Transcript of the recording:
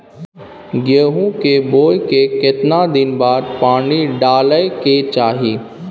गेहूं के बोय के केतना दिन बाद पानी डालय के चाही?